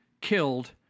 killed